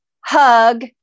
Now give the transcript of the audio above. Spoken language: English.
hug